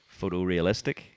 photorealistic